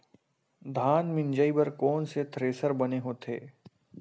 धान मिंजई बर कोन से थ्रेसर बने होथे?